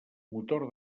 motor